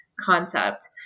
concept